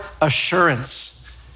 assurance